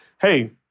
Hey